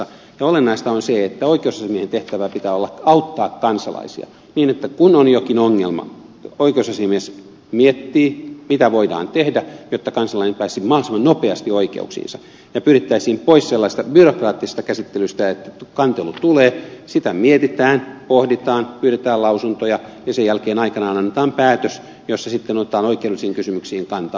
ja olennaista on se että oikeusasiamiehen tehtävä pitää olla auttaa kansalaisia niin että kun on jokin ongelma oikeusasiamies miettii mitä voidaan tehdä jotta kansalainen pääsisi mahdollisimman nopeasti oikeuksiinsa ja pyrittäisiin pois sellaisesta byrokraattisesta käsittelystä että kantelu tulee sitä mietitään pohditaan pyydetään lausuntoja ja sen jälkeen aikanaan annetaan päätös jossa sitten otetaan oikeudellisiin kysymyksiin kantaa